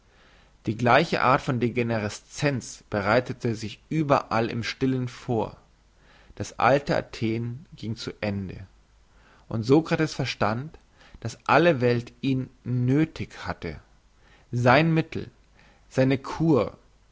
die gleiche art von degenerescenz bereitete sich überall im stillen vor das alte athen gieng zu ende und sokrates verstand dass alle welt ihn nöthig hatte sein mittel seine kur